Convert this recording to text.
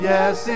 Yes